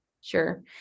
Sure